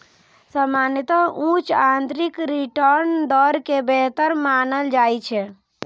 सामान्यतः उच्च आंतरिक रिटर्न दर कें बेहतर मानल जाइ छै